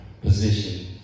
position